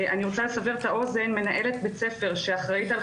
אני רוצה לסבר את האוזן.